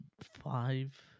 five